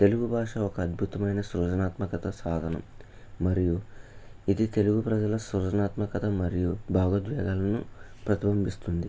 తెలుగు బాష ఒక అద్బుతమైన సృజనాత్మకత సాధనం మరియు ఇది తెలుగు ప్రజల సృజనాత్మకత మరియు భావోద్వేగాలను ప్రతిబింబిస్తుంది